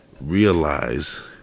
realize